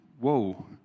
whoa